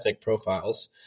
profiles